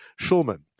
Shulman